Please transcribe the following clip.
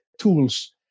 tools